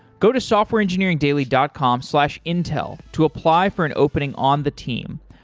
go to softwareengineeringdaily dot com slash intel to apply for an opening on the team.